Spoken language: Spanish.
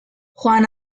juan